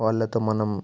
వాళ్లతో మనం